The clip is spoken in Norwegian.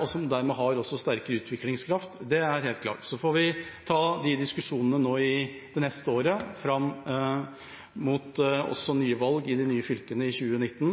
og som dermed også har sterkere utviklingskraft, det er helt klart. Så får vi ta disse diskusjonene det neste året fram mot nye valg i de nye fylkene i 2019.